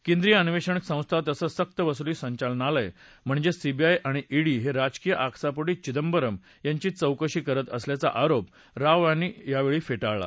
केंद्रीय अन्वेषण संस्था तसंच सक्त वसुली संचालनालय म्हणजेच सीबीआय आणि ईडी हे राजकीय आकसापोटी विंदबरम यांची चौकशी करत असल्याचा आरोप राव यांनी यावेळी फेटाळला